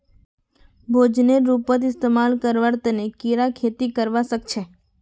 भोजनेर रूपत इस्तमाल करवार तने कीरा खेती करवा सख छे